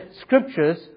scriptures